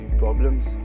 problems